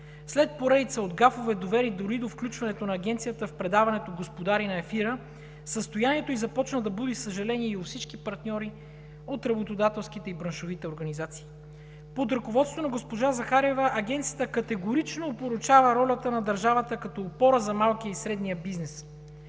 След поредица от гафове, довели дори до включването на Агенцията в предаването „Господари на ефира“, състоянието й започна да буди съжаление у всички партньори от работодателските и браншовите организации. Под ръководството на госпожа Захариева Агенцията категорично опорочава ролята на държавата като опора за малкия и средния бизнес